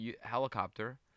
helicopter